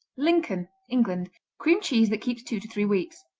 lincoln england cream cheese that keeps two to three weeks.